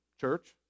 church